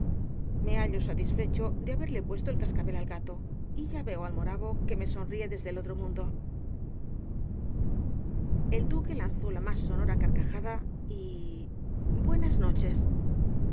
me hallo satisfecho de haberle puesto el cascabel al gato y ya veo al moravo que me sonríe desde el otro mundo el duque lanzó la más sonora carcajada y buenas noches